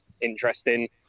interesting